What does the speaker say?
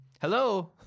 hello